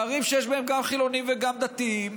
בערים שיש בהן גם חילונים וגם דתיים,